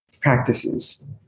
practices